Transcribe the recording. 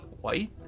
White